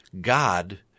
God